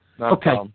Okay